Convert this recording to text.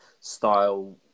style